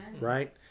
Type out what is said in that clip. right